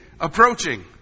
approaching